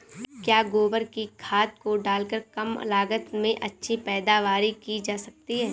क्या गोबर की खाद को डालकर कम लागत में अच्छी पैदावारी की जा सकती है?